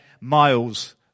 miles